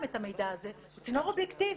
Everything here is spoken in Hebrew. את המידע הזה הוא צינור אובייקטיבי.